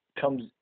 comes